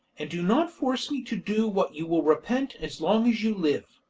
and do not force me to do what you will repent as long as you live.